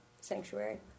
sanctuary